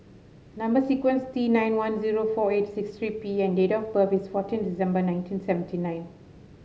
number sequence T nine one zero four eight six three P and date of birth is fourteen December nineteen seventy nine